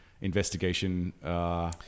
investigation